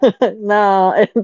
no